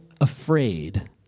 afraid